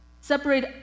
Separate